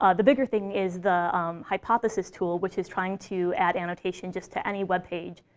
um the bigger thing is the hypothesis tool, which is trying to add annotation just to any web page.